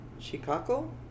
Chicago